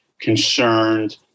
concerned